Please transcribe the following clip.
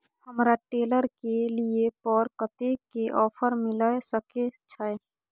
हमरा ट्रेलर के लिए पर कतेक के ऑफर मिलय सके छै?